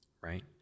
right